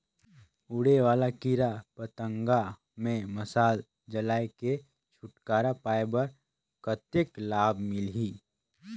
उड़े वाला कीरा पतंगा ले मशाल जलाय के छुटकारा पाय बर कतेक लाभ मिलही?